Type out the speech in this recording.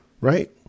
Right